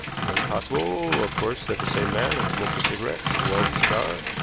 it was possible, of course, that the same man had smoked a cigarette as well as a cigar,